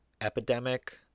epidemic